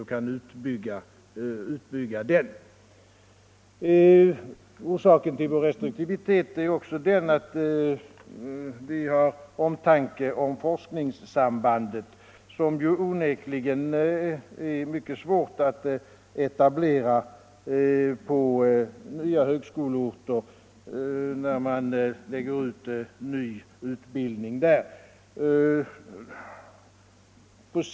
Orsaken till vår restriktivitet är också den att vi har omtanke om forskningssambandet, som onekligen är mycket svårt att etablera på nya högskoleorter när man lägger ut ny utbildning där.